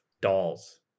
dolls